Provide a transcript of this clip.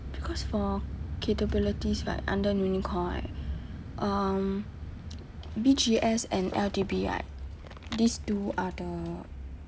because for capabilities right under uni core right um B_G_S and L_T_B right these two are the